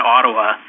Ottawa